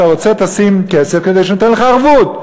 שים כסף כדי שאתן לך ערבות.